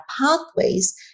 pathways